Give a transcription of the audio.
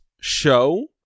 show